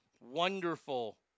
Wonderful